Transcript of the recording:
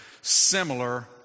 similar